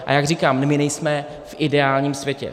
A jak říkám, my nejsme v ideálním světě.